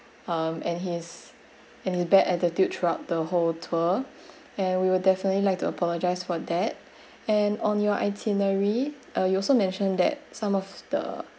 um and his and his bad attitude throughout the whole tour and we will definitely like to apologise for that and on your itinerary uh you also mentioned that some of the